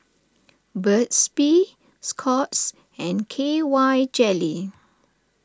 Burt's Bee Scott's and K Y Jelly